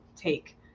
take